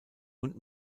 und